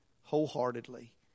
wholeheartedly